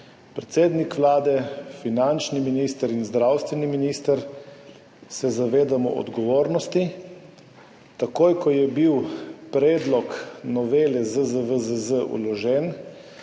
Predsednik Vlade, finančni minister in zdravstveni minister se zavedamo odgovornosti. Takoj, ko je bil predlog novele ZZVZZ vložen,